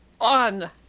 On